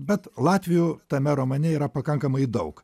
bet latvių tame romane yra pakankamai daug